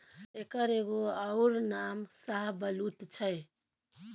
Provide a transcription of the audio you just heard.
एकर एगो अउर नाम शाहबलुत छै